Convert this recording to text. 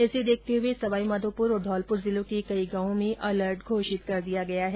इसे देखते हुए सवाईमाधोपुर और धौलपुर जिलों के कई गांवों में अलर्ट घोषित कर दिया गया है